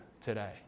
today